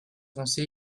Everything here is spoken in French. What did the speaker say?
avancée